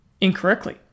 incorrectly